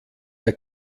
der